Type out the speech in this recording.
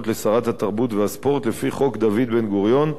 לשרת התרבות והספורט לפי חוק דוד בן-גוריון,